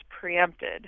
preempted